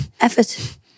Effort